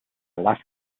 left